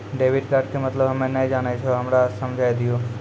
Debit card के मतलब हम्मे नैय जानै छौ हमरा समझाय दियौ?